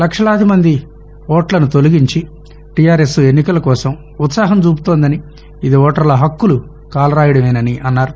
లక్షలాది మంది ఓట్లను తొలగించి టీఆర్ఎస్ ఎన్నికల కోసం ఉత్సాహం చూపుతోందని ఇది ఓటర్ల హక్కులు కాలరాయడమేనని అన్నారు